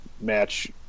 match